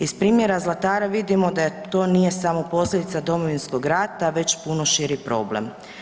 Iz primjera Zlatara vidimo da to nije samo posljedica Domovinskog rata već puno širi problem.